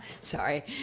Sorry